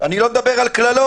אני לא מדבר על קללות.